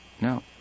No